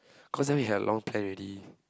cause then we had a long plan already